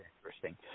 interesting